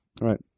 right